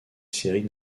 série